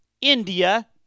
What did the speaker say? India